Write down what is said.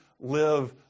live